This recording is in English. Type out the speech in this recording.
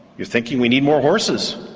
you're thinking we need more horses,